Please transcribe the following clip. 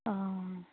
অঁ